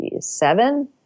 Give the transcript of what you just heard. seven